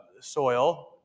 soil